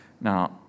Now